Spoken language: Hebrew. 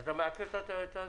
אתה מעקר אותו.